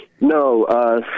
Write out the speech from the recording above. No